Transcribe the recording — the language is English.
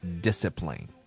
discipline